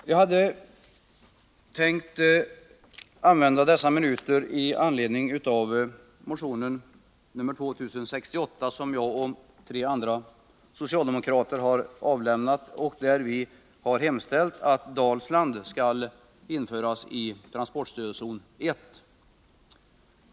Jag hade tänkt använda dessa minuter till att tala i anledning av motionen 2068, som jag och tre andra socialdemokrater har väckt och där vi har hemställt att Dalsland skall införas i transportstödszon 1.